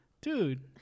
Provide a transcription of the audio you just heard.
dude